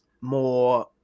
more